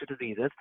Diseases